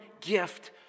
gift